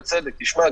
בצדק: תשמע,